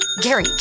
Gary